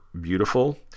beautiful